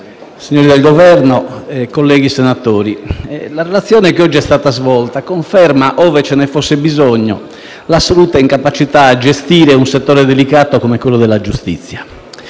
signori del Governo, onorevoli senatori, la relazione che oggi è stata svolta conferma, ove ce ne fosse bisogno, l'assoluta incapacità di gestire un settore delicato come quello della giustizia.